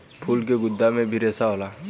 फल के गुद्दा मे भी रेसा होला